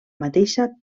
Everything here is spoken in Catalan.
mateixa